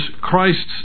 Christ's